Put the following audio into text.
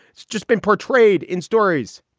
it's just been portrayed in stories.